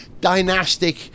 dynastic